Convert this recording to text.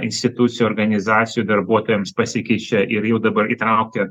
institucijų organizacijų darbuotojams pasikeičia ir jau dabar įtraukia